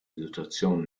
situation